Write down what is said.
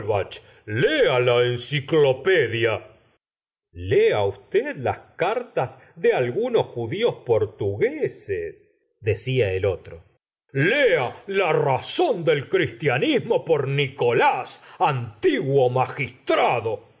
lea la enciclopedia lea usted las cartas de algunos judios potugueses decía el otro lea la razón del cristianismo por nicolás antiguo magistrado